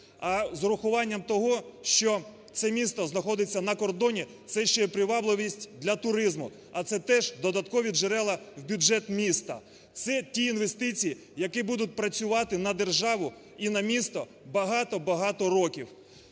А з урахуванням того, що це місто знаходиться на кордоні, це ще і привабливість для туризму, а це теж додаткові джерела в бюджет міста, це ті інвестиції, які будуть працювати на державу і на місто багато-багато років.